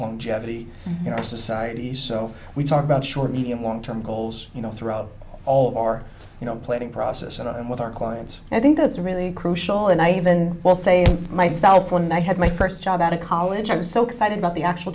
in jeopardy in our society so we talk about short medium long term goals you know throughout all or you know planning process and with our clients and i think that's a really crucial and i even will say myself when i had my first job out of college i was so excited about the actual